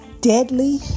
deadly